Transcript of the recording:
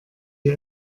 die